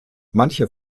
manche